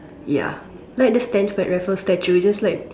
ya like the sir Stamford Raffles statue it's just